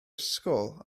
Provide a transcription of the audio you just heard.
ysgol